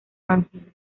ángeles